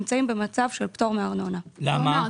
למה?